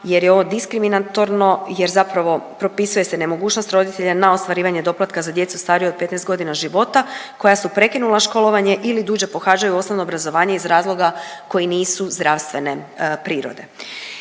jer je ovo diskriminatorno jer zapravo propisuje se nemogućnost roditelja na ostvarivanje doplatka za djecu stariju od 15 godina života koja su prekinula školovanje ili duže pohađaju osnovno obrazovanje iz razloga koji nisu zdravstvene prirode.